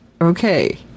okay